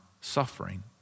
suffering